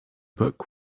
book